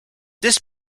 this